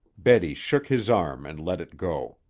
betty shook his arm and let it go.